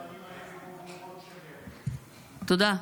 תודה.